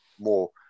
more